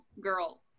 girl